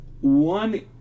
One